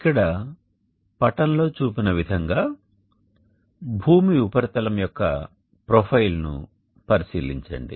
ఇక్కడ పటంలో చూపిన విధంగా భూమి ఉపరితలం యొక్క ప్రొఫైల్ పరిశీలించండి